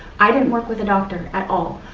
i didn't work with a doctor at all.